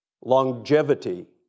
Longevity